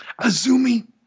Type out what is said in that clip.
Azumi